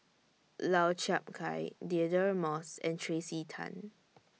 Lau Chiap Khai Deirdre Moss and Tracey Tan